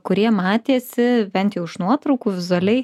kurie matėsi bent jau iš nuotraukų vizualiai